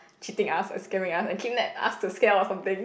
cheating us or scaring us and kidnap us to scare or something